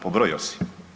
Pobrojio si?